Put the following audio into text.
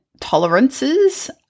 tolerances